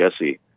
Jesse